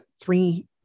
three